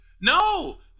No